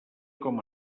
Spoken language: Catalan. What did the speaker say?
com